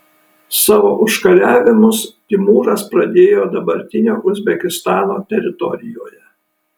savo užkariavimus timūras pradėjo dabartinio uzbekistano teritorijoje